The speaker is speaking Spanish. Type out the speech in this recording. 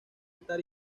estar